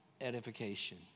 edification